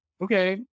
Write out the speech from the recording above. okay